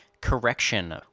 correction